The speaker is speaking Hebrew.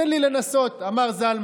תן לי לנסות, אמר זלמן.